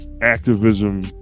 activism